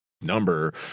number